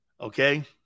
Okay